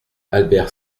albert